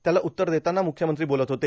त्याला उत्तर देताना मुख्यमंत्री बोलत होते